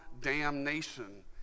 damnation